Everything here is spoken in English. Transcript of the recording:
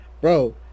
bro